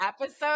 episode